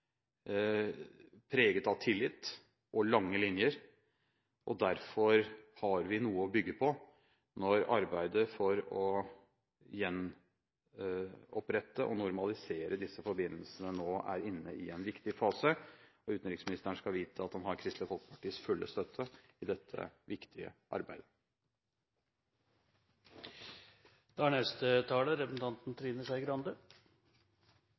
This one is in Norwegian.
preget av tillit og lange linjer. Derfor har vi noe å bygge på når arbeidet for å gjenopprette og normalisere disse forbindelsene nå er inne i en viktig fase. Utenriksministeren skal vite at han har Kristelig Folkepartis fulle støtte i dette viktige